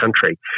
Country